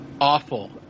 awful